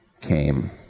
came